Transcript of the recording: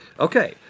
okay,